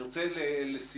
אני רוצה לסיום,